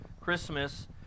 Christmas